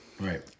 Right